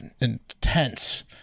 intense